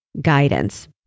guidance